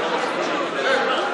מעניין.